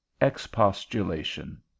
expostulation